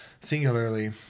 singularly